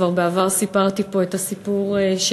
בעבר כבר סיפרתי פה את הסיפור שלי.